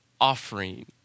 offering